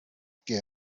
que